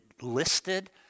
listed